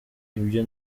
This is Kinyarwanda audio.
ibyo